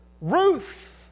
Ruth